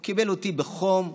הוא קיבל אותי בחום ובאהבה,